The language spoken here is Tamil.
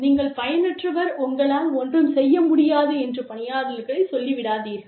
நீங்கள் பயனற்றவர் உங்களால் ஒன்றும் செய்ய முடியாது என்று பணியாளர்களைச் சொல்லிவிடாதீர்கள்